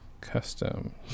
Custom